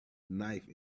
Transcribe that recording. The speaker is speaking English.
knife